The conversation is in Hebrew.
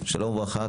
שלום וברכה,